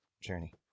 Journey